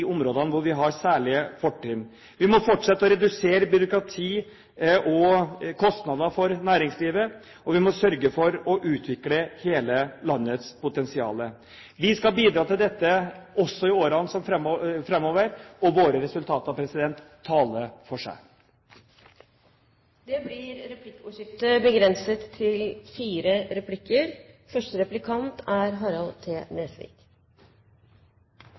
områdene hvor vi har særlige fortrinn. Vi må fortsette å redusere byråkrati og kostnader for næringslivet, og vi må sørge for å utvikle hele landets potensial. Vi skal bidra til dette også i årene framover, og våre resultater taler for seg. Det blir replikkordskifte. Det er